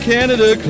Canada